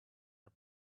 are